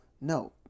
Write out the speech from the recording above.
No